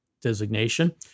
designation